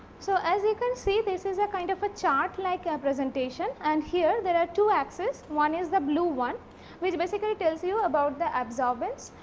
so, as you can see this is a kind of a chart like a presentation and here there are two axis one is the blue one which basically tells you about the absorbance.